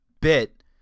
bit